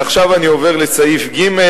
עכשיו אני עובר לסעיף ג',